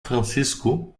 francisco